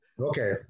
Okay